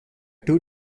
two